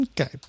okay